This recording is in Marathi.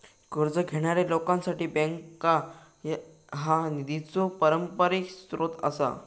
कर्ज घेणाऱ्या लोकांसाठी बँका हा निधीचो पारंपरिक स्रोत आसा